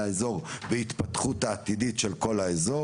האזור וההתפתחות העתידית של כל האזור.